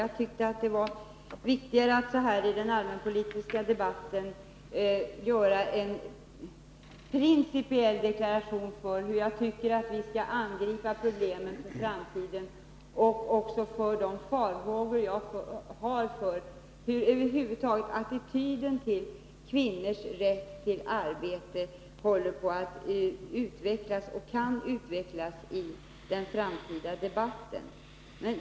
Jag tyckte att det var viktigare att så här i den allmänpolitiska debatten göra en principiell deklaration beträffande hur jag tycker att vi skall angripa problemen för framtiden och redogöra för de farhågor som jag har beträffande hur attityden till kvinnors rätt till arbete håller på att utvecklas och kan utvecklas i den framtida debatten.